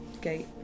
gate